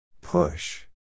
Push